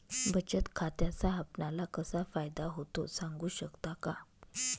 बचत खात्याचा आपणाला कसा फायदा होतो? सांगू शकता का?